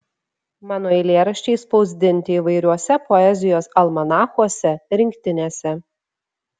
mano eilėraščiai spausdinti įvairiuose poezijos almanachuose rinktinėse